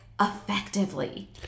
effectively